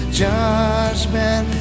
judgment